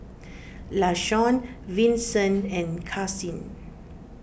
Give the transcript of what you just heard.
Lashawn Vinson and Karsyn